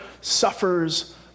suffers